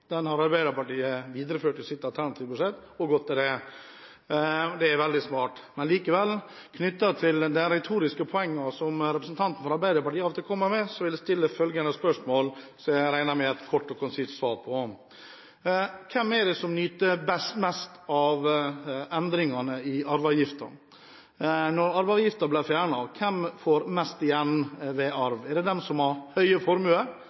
Den har Arbeiderpartiet videreført i sitt alternative budsjett, og godt er det. Det er veldig smart. Men når det gjelder de retoriske poengene som representanten fra Arbeiderpartiet alltid kommer med, vil jeg stille følgende spørsmål, som jeg regner med å få et kort og konsist svar på: Hvem er det som mest nyter godt av endringene i arveavgiften? Når arveavgiften blir fjernet, hvem får mest igjen ved arv – er det de med høy formue,